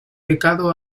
pecado